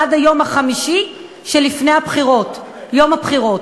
עד היום החמישי שלפני יום הבחירות.